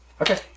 Okay